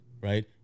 right